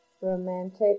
romantic